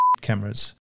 cameras